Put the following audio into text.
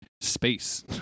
space